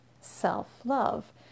self-love